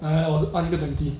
!aiya! 我是按一个 twenty